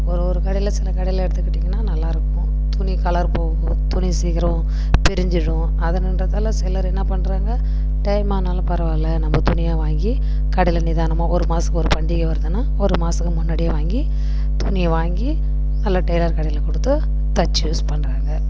ஒரு ஒரு கடையில் சில கடையில் எடுத்துக்கிட்டிங்கன்னால் நல்லாருக்கும் துணி கலர் போகும் துணி சீக்கிரம் பிரிஞ்சிடும் அதன்றதால் சிலர் என்னப் பண்ணுறாங்க டைம் ஆனாலும் பரவாயில்ல நம்ம துணியாக வாங்கி கடையில் நிதானமாக ஒரு மாதத்துக்கு ஓரு பண்டிகை வருதுன்னால் ஒரு மாதத்துக்கு முன்னாடியே வாங்கி துணியை வாங்கி நல்ல டைலர் கடையில் கொடுத்து தைச்சி யூஸ் பண்ணுறாங்க